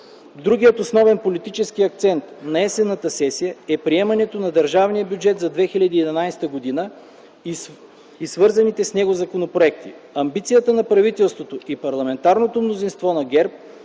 Другият основен политически акцент на есенната сесия е приемането на държавния бюджет за 2011 г. и свързаните с него законопроекти. Амбицията на правителството и парламентарното мнозинство на ГЕРБ